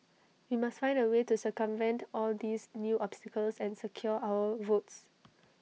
we must find A way to circumvent all these new obstacles and secure our votes